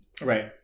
Right